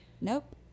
Nope